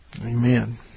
Amen